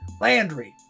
Landry